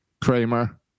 Kramer